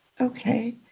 Okay